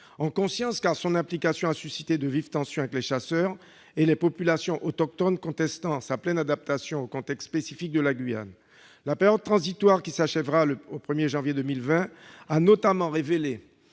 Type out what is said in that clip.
En conscience, parce que son application a suscité de vives tensions avec les chasseurs et les populations autochtones, qui contestaient sa pleine adaptation au contexte spécifique de la Guyane. La période transitoire qui s'achèvera le 1 janvier 2020 a notamment révélé